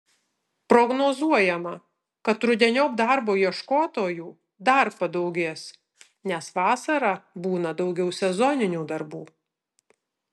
prognozuojama kad rudeniop darbo ieškotojų dar padaugės nes vasarą būna daugiau sezoninių darbų